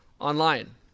online